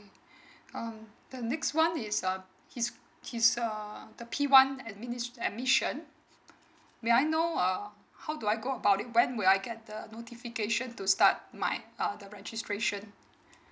um the next one is um his his um the p one admission may I know uh how do I go about it when will I get the notification to start my uh the registration